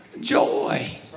joy